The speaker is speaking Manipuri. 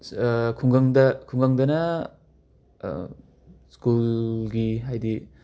ꯈꯨꯡꯒꯪꯗ ꯈꯨꯡꯒꯪꯗꯅ ꯁ꯭ꯀꯨꯜꯒꯤ ꯍꯥꯏꯗꯤ